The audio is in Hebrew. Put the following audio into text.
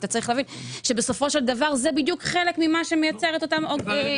אתה צריך להבין שבסופו של דבר זה בדיוק חלק ממה שמייצר את אותם עיוותים.